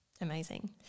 Amazing